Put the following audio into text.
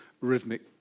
rhythmic